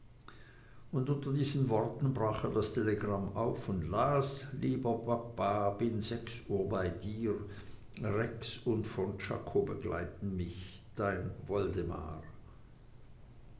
und unter diesen worten brach er das telegramm auf und las lieber papa bin sechs uhr bei dir rex und von czako begleiten mich dein